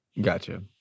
Gotcha